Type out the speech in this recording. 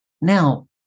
Now